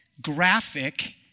graphic